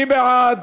מי בעד?